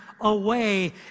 away